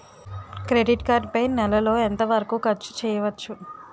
Credit card పై నెల లో ఎంత వరకూ ఖర్చు చేయవచ్చు?